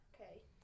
Okay